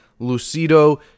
Lucido